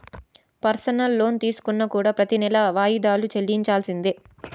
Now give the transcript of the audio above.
personal loan తీసుకున్నా కూడా ప్రెతి నెలా వాయిదాలు చెల్లించాల్సిందే